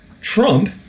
Trump